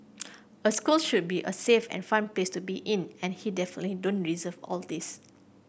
a school should be a safe and fun place to be in and he definitely don't deserve all these